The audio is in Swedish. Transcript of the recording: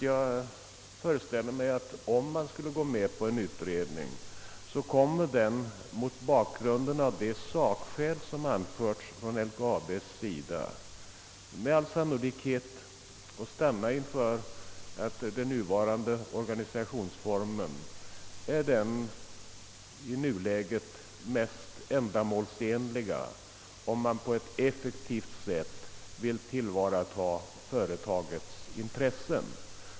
Jag föreställer mig att, om man skulle gå med på en utredning, denna — mot bakgrund av de sakskäl som anförts från LKAB:s sida — med all sannolikhet kommer att stanna för att den nuvarande organisationsformen är den i nuläget mest ändamålsenliga om man på ett effektivt sätt vill tillvarata företagets intressen.